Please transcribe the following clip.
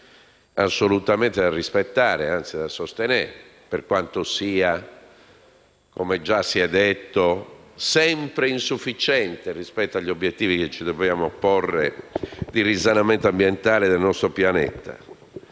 nostro Paese assolutamente da rispettare ed, anzi, da sostenere per quanto sia, come si è già detto, sempre insufficiente rispetto agli obiettivi che ci dobbiamo porre di risanamento ambientale del nostro pianeta.